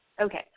Okay